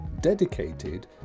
dedicated